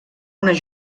unes